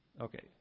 Okay